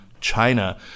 China